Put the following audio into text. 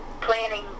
planning